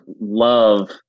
love